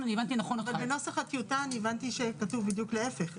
בנוסח הטיוטה אני הבנתי שכתוב בדיוק להיפך.